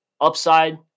upside